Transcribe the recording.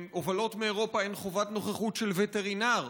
בהובלות מאירופה אין חובת נוכחות של וטרינר.